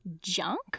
junk